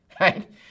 right